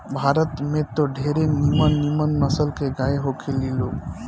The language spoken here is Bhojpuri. भारत में त ढेरे निमन निमन नसल के गाय होखे ली लोग